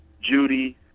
Judy